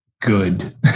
good